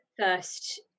first